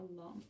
Allah